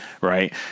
Right